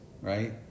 right